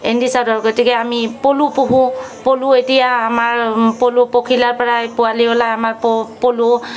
Andy চাদৰ গতিকে আমি পলু পোহো পলু এতিয়া আমাৰ পলু পখিলাৰ পৰা পোৱালি ওলাই আমাৰ প পলু